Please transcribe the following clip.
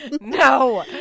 No